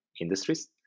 industries